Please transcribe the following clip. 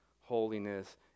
holiness